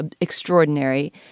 extraordinary